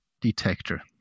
detector